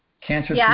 Cancer